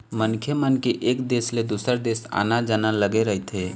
मनखे मन के एक देश ले दुसर देश आना जाना लगे रहिथे